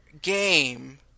game